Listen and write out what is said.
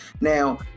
now